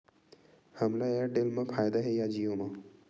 हमला एयरटेल मा फ़ायदा हे या जिओ मा?